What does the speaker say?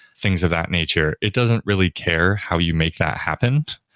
things of that nature. it doesn't really care how you make that happen.